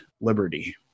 liberty